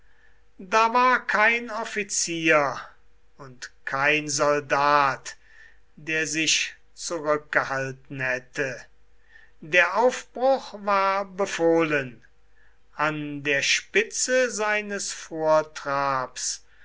da war kein offizier und kein soldat der sich zurückgehalten hätte der aufbruch war befohlen an der spitze seines vortrabs